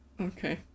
Okay